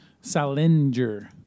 Salinger